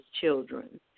children